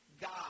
God